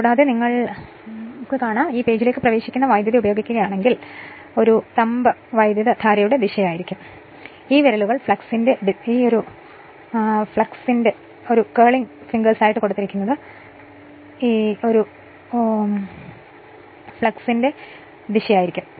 കൂടാതെ നിങ്ങൾ പേജിലേക്ക് പ്രവേശിക്കുന്ന വൈദ്യുതി ഉപയോഗിക്കുകയാണെങ്കിൽ തള്ളവിരൽ വൈദ്യുതധാരയുടെ ദിശയായിരിക്കും ഈ വിരലുകൾ ഫ്ലക്സിന്റെ ദിശയായിരിക്കും